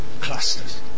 clusters